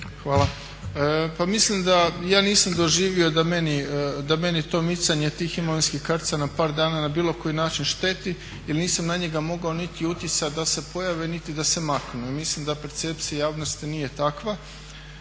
Hvala. Pa mislim da ja nisam doživio da meni to micanje tih imovinskih kartica na par dana na bilo koji način šteti jer nisam na njega mogao niti utjecati da se pojavi niti da se makne. Mislim da percepcija javnosti nije takva.